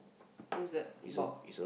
who's that about